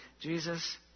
Jesus